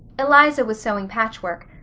eliza was sewing patchwork,